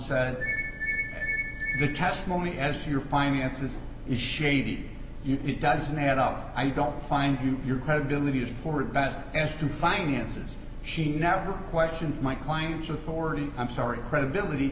said the testimony as your finances is shady it doesn't add up i don't find you your credibility is poor best as to finances she never questioned my client's or forty i'm sorry credibility